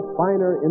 finer